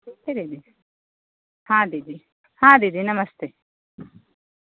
नमस्ते दीदी हाँ दीदी हाँ दीदी नमस्ते